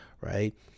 right